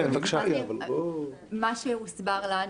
מה שהוסבר לנו,